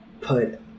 put